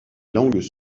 langues